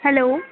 hello